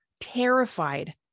terrified